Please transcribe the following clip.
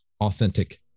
authentic